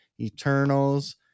Eternals